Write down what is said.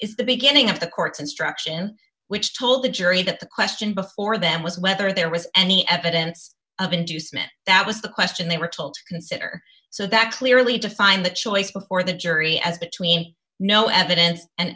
is the beginning of the court's instruction which told the jury that the question before them was whether there was any evidence of inducement that was the question they were told to consider so that clearly defined the choice before the jury as between no evidence and